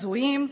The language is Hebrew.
הזויים,